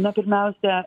na pirmiausia